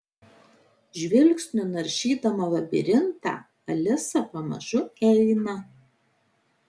žvilgsniu naršydama labirintą alisa pamažu eina